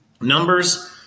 numbers